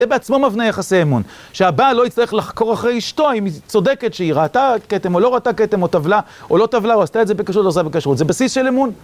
זה בעצמו מבנה יחסי אמון: שהבעל לא יצטרך לחקור אחרי אשתו אם היא צודקת שהיא ראתה כתם או לא ראתה כתם, או טבלה או לא טבלה, או עשתה את זה בכשרות או לא עשה בכשרות, זה בסיס של אמון.